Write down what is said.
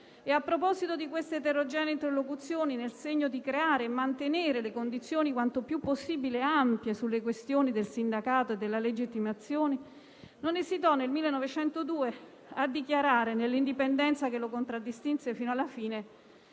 A proposito di queste eterogenee interlocuzioni nel segno di creare e mantenere condizioni quanto più possibile ampie sulle questioni del sindacato e della legittimazione non esitò nel 1902 a dichiarare, nell'indipendenza che lo contraddistinse fino alla fine,